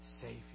Savior